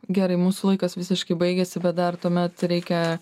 gerai mūsų laikas visiškai baigėsi bet dar tuomet reikia